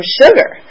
sugar